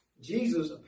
Jesus